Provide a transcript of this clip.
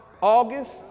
August